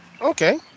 Okay